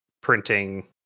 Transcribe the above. printing